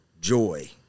joy